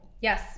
Yes